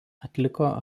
atliko